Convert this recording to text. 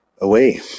away